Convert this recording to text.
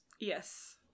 Yes